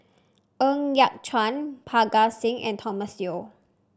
Ng Yat Chuan Parga Singh and Thomas Yeo